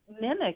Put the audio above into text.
mimic